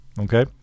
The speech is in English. Okay